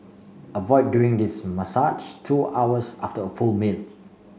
avoid doing this massage two hours after a full meal